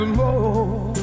more